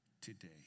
today